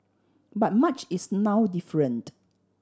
but much is now different